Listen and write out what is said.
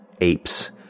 Apes